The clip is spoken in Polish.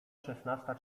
szesnasta